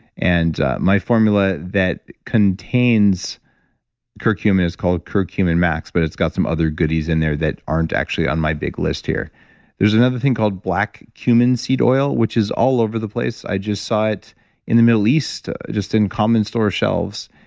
and my formula that contains curcumin is called curcumin max, but it's got some other goodies in there that aren't actually on my big list here there's another thing called black cumin seed oil, which is all over the place. i just saw it in the middle east, just in common store shelves,